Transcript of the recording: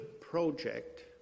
project